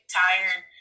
tired